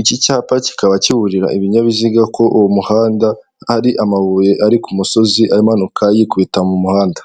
Iki cyapa kikaba kiburira ibinyabiziga ko uwo muhanda hari amabuye ari ku musozi amanuka yikubita mu muhanda.